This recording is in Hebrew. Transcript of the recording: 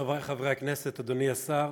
גברתי היושבת-ראש, חברי חברי הכנסת, אדוני השר,